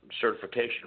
certification